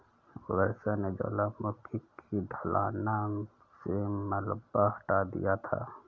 वर्षा ने ज्वालामुखी की ढलानों से मलबा हटा दिया था